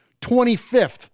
25th